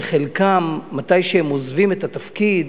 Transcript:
שחלקם, כשהם עוזבים את התפקיד,